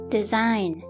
Design